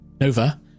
Nova